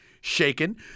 Shaken